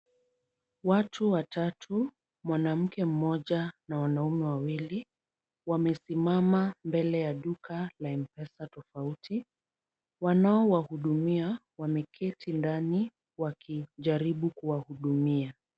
Watu watatu, mwanamke mmoja na wanaume wawili, wamesimama mbele ya duka la mpesa tofauti. Wanaowahudumia wameketi ndani wakijaribu kuwahudumia.